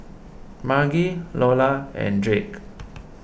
Margy Lola and Drake